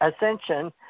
Ascension